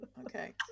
okay